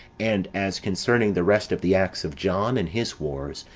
and as concerning the rest of the acts of john, and his wars,